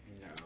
No